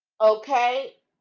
Okay